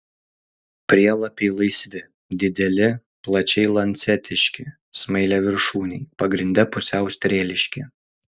prielapiai laisvi dideli plačiai lancetiški smailiaviršūniai pagrinde pusiau strėliški